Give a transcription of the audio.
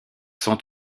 sont